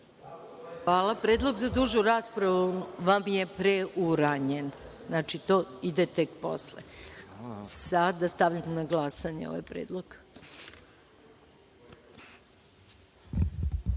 Hvala. Predlog za dužu raspravu vam je preuranjen. Znači, to ide tek posle. Sada stavljam na glasanje ovaj